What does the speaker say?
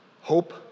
hope